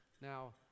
Now